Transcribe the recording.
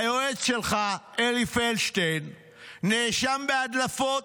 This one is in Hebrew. היועץ שלך אלי פלדשטיין נאשם בהדלפות.